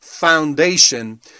foundation